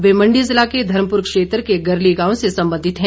वे मंडी ज़िला के धर्मपुर क्षेत्र के गरली गांव से संबंधित हैं